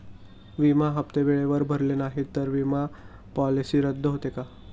विमा हप्ते वेळेवर भरले नाहीत, तर विमा पॉलिसी रद्द होते का?